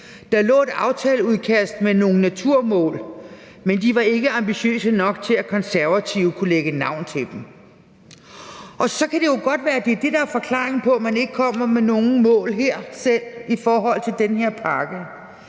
Der lå et aftaleudkast med nogle naturmål, men de var ikke ambitiøse nok til, at Konservative kunne lægge navn til dem. Og så kan det jo godt være, at det er det, der er forklaringen på, at man ikke selv kommer med nogen mål her i forhold til den her pakke.